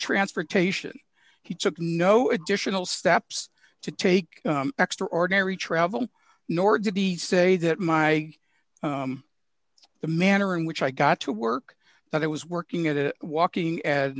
transportation he took no additional steps to take extraordinary travel nor did he say that my the manner in which i got to work that i was working at it walking as an